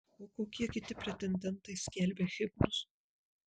o kokie kiti pretendentai skelbia himnus